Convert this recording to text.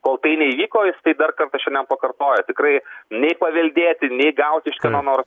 kol tai neįvyko jis tai dar kartą šiandien pakartojo tikrai nei paveldėti nei gauti iš kieno nors